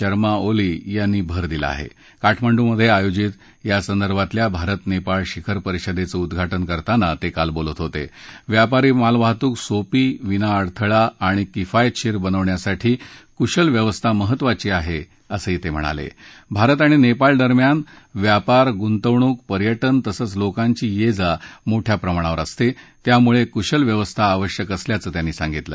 शर्मा ओली यांनी भर दिला आहा काठमांडूमध्या आयोजित यासंदर्भातल्या भारत नप्रक्रि शिखर परिषदप्ध उद्घाटन करताना तक्काल बोलत होत यापारी मालवाहतूक सोपी विना अडथळा आणि किफायतशीर बनण्यासाठी कुशल व्यवस्था महत्वाची आह्य असं तक्रिणाल आरत आणि नक्रि दरम्यान व्यापार गुंतवणूक पर्यटन तसंच लोकांची यज्ञा मोठ्या प्रमाणावर असतं त्यामुळक्विशल व्यवस्था आवश्यक असल्याचं त्यांनी सांगितलं